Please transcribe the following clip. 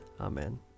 Amen